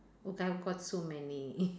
I've got so many